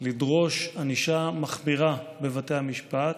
לדרוש ענישה מחמירה בבתי המשפט,